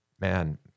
man